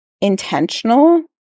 intentional